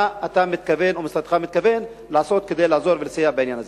מה אתה מתכוון ומה משרדך מתכוון לעשות כדי לסייע בעניין הזה?